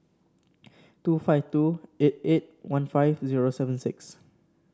two five two eight eight one five zero seven six